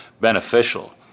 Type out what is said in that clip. beneficial